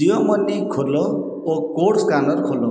Jio money ଖୋଲ ଓ code scanner ଖୋଲ